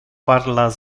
parla